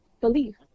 belief